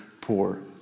Poor